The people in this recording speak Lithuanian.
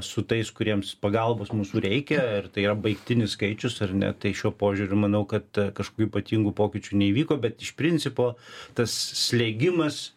su tais kuriems pagalbos mūsų reikia ir tai yra baigtinis skaičius ar ne tai šiuo požiūriu manau kad kažkokių ypatingų pokyčių neįvyko bet iš principo tas slėgimas